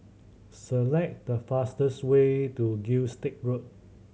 select the fastest way to Gilstead Road